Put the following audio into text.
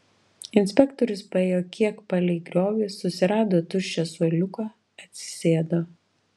inspektorius paėjo kiek palei griovį susirado tuščią suoliuką atsisėdo